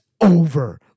over